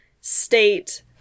state